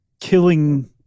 killing